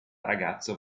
ragazzo